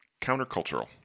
Countercultural